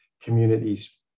communities